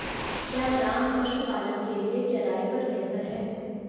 क्या राम पशुपालन के लिए चराई पर निर्भर है?